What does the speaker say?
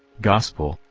gospel,